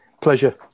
Pleasure